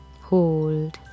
Hold